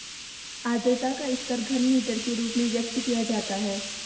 आद्रता का स्तर घनमीटर के रूप में व्यक्त किया जाता है